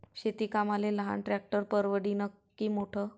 शेती कामाले लहान ट्रॅक्टर परवडीनं की मोठं?